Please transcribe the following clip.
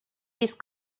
these